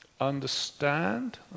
Understand